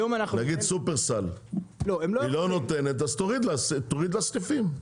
נגיד שופרסל, היא לא נותנת אז תוריד לה סניפים.